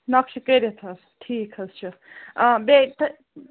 نقشہٕ کٔرِتھ حظ ٹھیٖک حظ چھُ آ بیٚیہِ تہٕ